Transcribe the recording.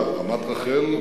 רמת-רחל.